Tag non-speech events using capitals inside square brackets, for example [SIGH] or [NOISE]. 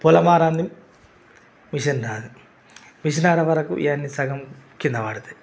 పొలం [UNINTELLIGIBLE] మిషన్ నాది మిషన్ అక్కడే వరకు ఎన్ని సగం కింద పడతాయి